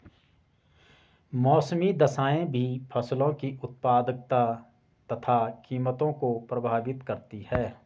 मौसमी दशाएं भी फसलों की उत्पादकता तथा कीमतों को प्रभावित करती है